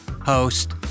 Host